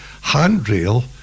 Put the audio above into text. handrail